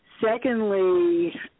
Secondly